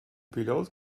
piloot